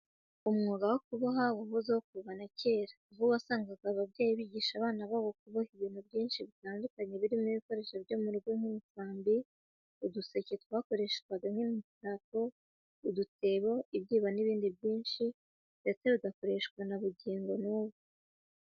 Umwuga wo kuboha wahozeho kuva na kera, aho wasangaga ababyeyi bigisha abana babo kuboha ibintu byinshi bitandukanye, birimo ibikoresho byo mu rugo nk'imisambi, uduseke twakoreshwaga nk'imitako, udutebo, ibyibo n'ibindi byinshi ndetse bigikoreshwa na bugingo n'ubu.